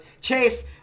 Chase